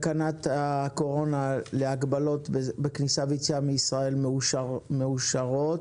תקנת הקורונה להגבלות בכניסה ויציאה מישראל מאושרות.